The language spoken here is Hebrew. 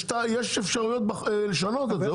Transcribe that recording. יש אפשרויות לשנות את זה.